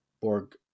Borg